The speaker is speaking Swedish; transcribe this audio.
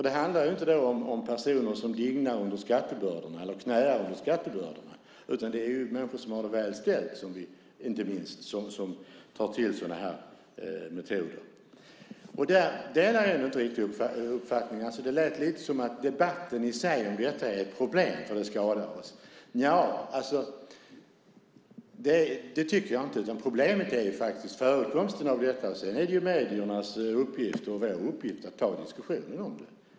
Det handlar då inte om personer som knäar under skattebördorna, utan det är människor som har det väl ställt som inte minst tar till sådana här metoder. Där har jag inte riktigt samma uppfattning. Det lät lite som att debatten om detta i sig är ett problem därför att den skadar oss. Nja, det tycker jag inte. Problemet är faktiskt förekomsten av detta. Sedan är det mediernas uppgift och vår uppgift att ta diskussionen om det.